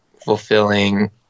fulfilling